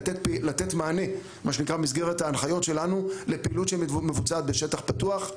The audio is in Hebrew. לתת מענה במסגרת ההנחיות שלנו לפעילות שמבוצעת בשטח פתוח,